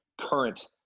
current